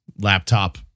laptop